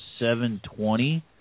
720